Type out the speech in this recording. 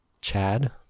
Chad